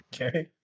okay